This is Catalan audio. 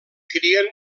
crien